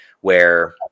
where-